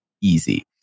easy